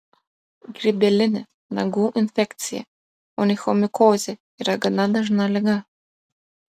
grybelinė nagų infekcija onichomikozė yra gana dažna liga